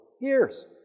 years